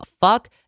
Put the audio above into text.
fuck